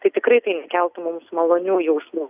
tai tikrai tai nekeltų mum malonių jausmų